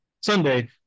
Sunday